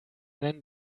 nennen